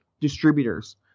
distributors